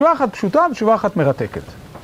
תשובה אחת פשוטה ותשובה אחת מרתקת.